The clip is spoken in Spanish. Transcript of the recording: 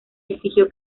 exigió